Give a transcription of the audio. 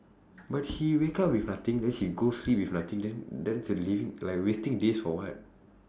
but she wake up with nothing then she go sleep with nothing then then it's uh living like wasting days for what